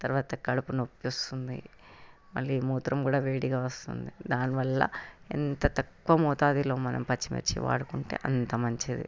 తర్వాత కడుపు నొప్పి వస్తుంది మళ్ళీ మూత్రం కూడా వేడిగా వస్తుంది దానివల్ల ఎంత తక్కువ మోతాదులో మనం పచ్చిమిర్చి వాడుకుంటే అంత మంచిది